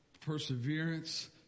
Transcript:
perseverance